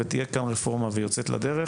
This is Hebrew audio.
תהיה כאן רפורמה שהיא יוצאת לדרך